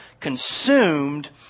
consumed